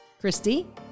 Christy